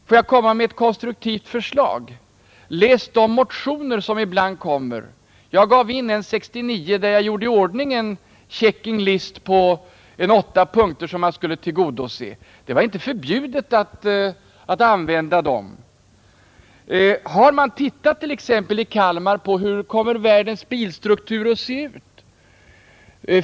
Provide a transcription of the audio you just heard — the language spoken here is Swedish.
Får jag komma med ett konstruktivt förslag? Läs de motioner som ibland kommer. Jag väckte en 1969, där jag gjorde i ordning en checking list på åtta punkter, som man borde tillgodose. Det var inte förbjudet att använda dem. Har man i Kalmar tittat på hur världens bilstruktur kommer att se ut?